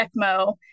ecmo